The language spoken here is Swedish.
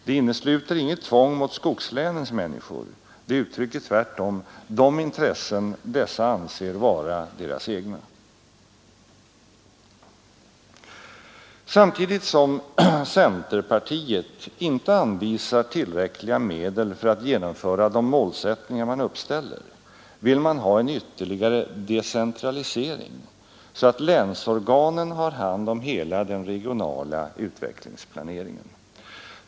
Det innesluter inget tvång mot skogslänens människor, det uttrycker tvärtom de intressen dessa anser vara deras egna. Samtidigt som centerpartiet inte anvisar tillräckliga medel för att genomföra de målsättningar man uppställer, vill man ha en ytterligare decentralisering så att länsorganen har hand om hela den regionala utvecklingsplaneringen.